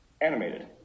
animated